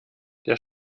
der